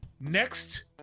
Next